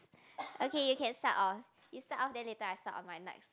okay you can start off you start off then later I start off my nights